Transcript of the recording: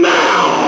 now